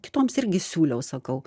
kitoms irgi siūliau sakau